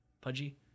pudgy